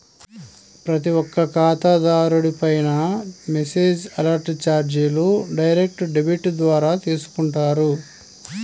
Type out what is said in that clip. ప్రతి ఒక్క ఖాతాదారుడిపైనా మెసేజ్ అలర్ట్ చార్జీలు డైరెక్ట్ డెబిట్ ద్వారా తీసుకుంటారు